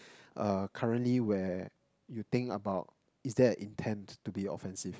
uh currently where you think about is there a intent to be offensive